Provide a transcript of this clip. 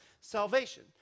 salvation